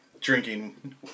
drinking